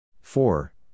four